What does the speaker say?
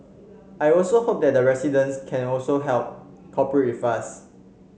I also hope that residents can also help cooperate with us